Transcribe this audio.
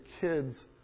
kids